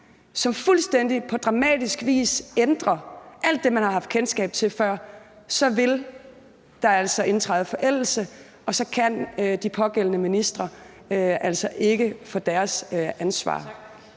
som fuldstændig på dramatisk vis ændrer alt det, man har haft kendskab til før, så vil der altså indtræde forældelse, og så kan de pågældende ministre altså ikke blive